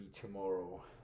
tomorrow